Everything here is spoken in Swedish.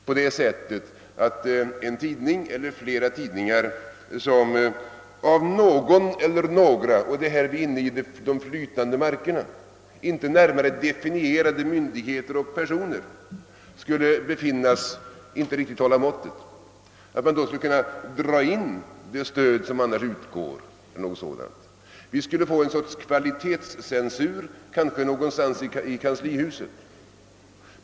Jag menar att det stöd som utgår till en eller flera tidningar, som av någon eller några — det är här vi kommer in på osäker mark — inte närmare definierade myndigheter och personer skulle befinnas inte riktigt hålla måttet, skulle kunna dras in. Vi skulle få en sorts kvalitetscensur — kanske någonstans i kanslihuset.